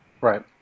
Right